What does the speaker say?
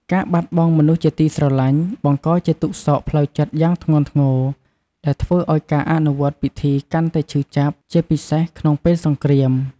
ការបាត់បង់មនុស្សជាទីស្រឡាញ់ បង្កជាទុក្ខសោកផ្លូវចិត្តយ៉ាងធ្ងន់ធ្ងរ ដែលធ្វើឲ្យការអនុវត្តពិធីកាន់តែឈឺចាប់ ជាពិសេសក្នុងពេលសង្គ្រាម។